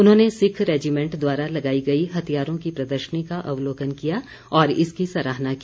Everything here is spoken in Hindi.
उन्होंने सिक्ख रेजीमेंट द्वारा लगाई गई हथियारों की प्रदर्शनी का अवलोकन किया और इसकी सराहना की